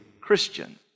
Christian